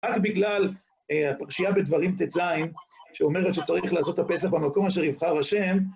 רק בגלל הפרשייה בדברים ט״ז, שאומרת שצריך לעשות הפסל במקום אשר יבחר ה'